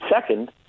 Second